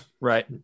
Right